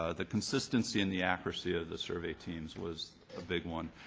ah the consistency and the accuracy of the survey teams was a big one.